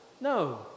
no